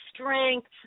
strength